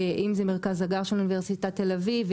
אם זה המרכז באוניברסיטת תל-אביב,